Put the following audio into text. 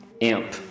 amp